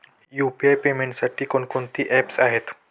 UPI पेमेंटसाठी कोणकोणती apps आहेत?